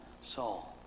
soul